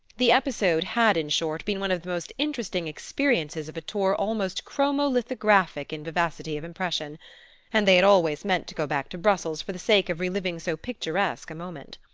the episode had in short been one of the most interesting experiences of a tour almost chromo-lithographic in vivacity of impression and they had always meant to go back to brussels for the sake of reliving so picturesque a moment.